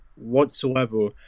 whatsoever